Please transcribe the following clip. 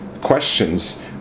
questions